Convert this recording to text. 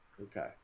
Okay